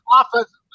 offensively